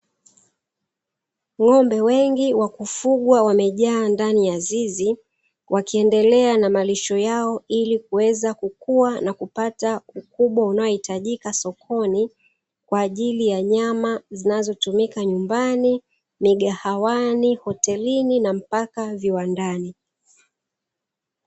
Ng'ombe wengi wa kufugwa wamejaa ndani ya zizi, wakiendelea na malisho yao ili kuweza kukua na kupata ukubwa unaohitajika sokoni, kwa ajili ya nyama zinazotumika nyumbani, migahawahi, hotelini na mpaka viwandani.